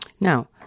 Now